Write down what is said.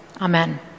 Amen